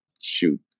shoot